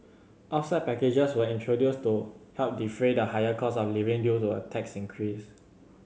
offset packages were introduced to help defray the higher costs of living due to a tax increase